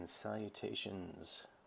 Salutations